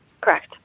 Correct